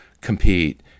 compete